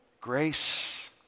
Grace